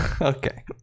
Okay